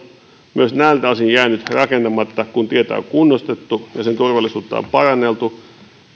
myös näiltä osin jäänyt rakentamatta kun tietä on kunnostettu ja sen turvallisuutta on paranneltu